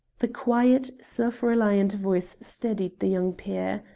the quiet, self-reliant voice steadied the young peer.